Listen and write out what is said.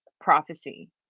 prophecy